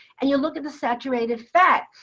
and you look at the saturated fat.